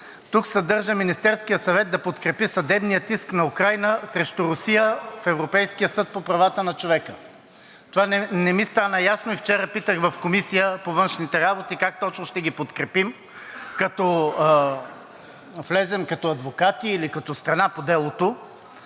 Тя съдържа: „Министерският съвет да подкрепи съдебния иск на Украйна срещу Русия в Европейския съд по правата на човека.“ Това не ми стана ясно и вчера питах в Комисията по външните работи: „Как точно ще ги подкрепим – като влезем като адвокати или като страна по делото?“